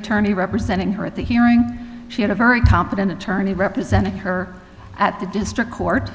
attorney representing her at the hearing she had a very competent attorney representing her at the district court